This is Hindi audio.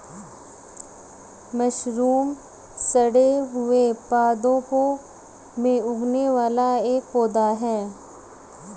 मशरूम सड़े हुए पादपों में उगने वाला एक पौधा है